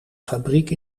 fabriek